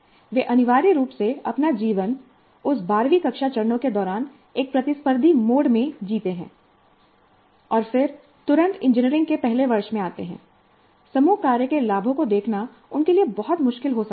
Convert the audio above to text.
वे अनिवार्य रूप से अपना जीवन उस १२वीं कक्षा चरणों के दौरान एक प्रतिस्पर्धी मोड में जीते हैंऔर फिर तुरंत इंजीनियरिंग के पहले वर्ष में आते हैं समूह कार्य के लाभों को देखना उनके लिए बहुत मुश्किल हो सकता है